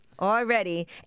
already